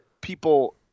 people